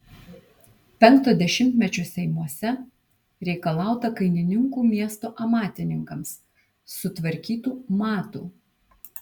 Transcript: penkto dešimtmečio seimuose reikalauta kainininkų miesto amatininkams sutvarkytų matų